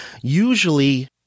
Usually